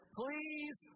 please